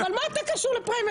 אבל מה אתה קשור לפריימריז?